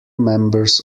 members